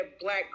black